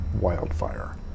wildfire